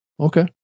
Okay